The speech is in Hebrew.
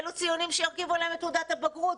אלה הציונים שירכיבו להם את תעודת הבגרות,